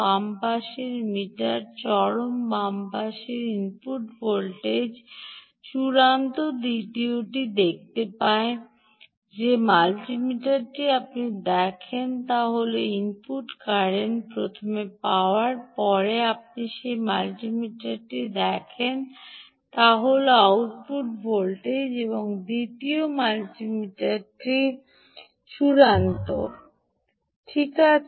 বাম পাশের মিটার চরম বাম হয় ইনপুট ভোল্টেজ চূড়ান্ত দ্বিতীয়টি দেখায় যে মাল্টিমিটারটি আপনি দেখেন তা হল ইনপুট কারেন্ট প্রথম পাওয়ার পরে আপনি যে মাল্টিমিটারটি দেখেন তা হল আউটপুট ভোল্টেজ এবং দ্বিতীয় মাল্টিমিটার চূড়ান্ত ডানদিকে